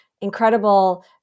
incredible